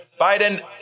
Biden